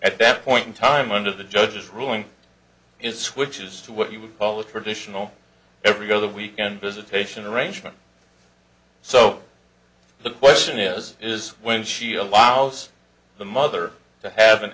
at that point in time under the judge's ruling it switches to what you would call a traditional every other weekend visitation arrangement so the question is is when she allows the mother to have an